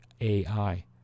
AI